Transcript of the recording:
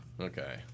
Okay